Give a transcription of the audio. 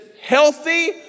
healthy